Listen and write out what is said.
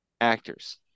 actors